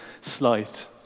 slight